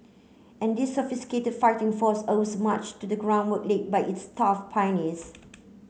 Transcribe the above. and this sophisticated fighting force owes much to the groundwork laid by its tough pioneers